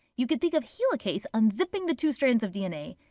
you can think of helicase unzipping the two strands of dna.